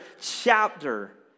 chapter